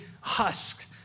husk